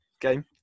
game